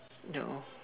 there oh